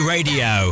Radio